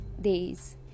days